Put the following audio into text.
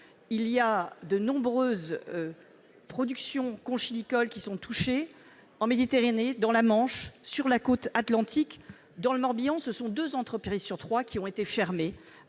ampleur. De nombreuses productions conchylicoles sont touchées : en Méditerranée, dans la Manche, sur la côte atlantique ... Dans le Morbihan, deux entreprises sur trois ont dû fermer.